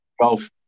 golf